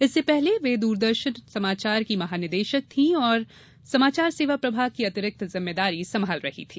इससे पहले वे दूरदर्शन समाचार की महानिदेशक थी और समाचार सेवा प्रभाग की अतिरिक्त जिम्मेदारी सम्भाल रही थी